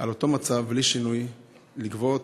באותו מצב, בלי שינוי, לגבות